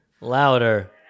louder